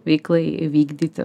veiklai vykdyti